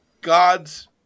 God's